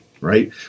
right